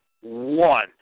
one